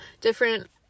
different